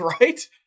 Right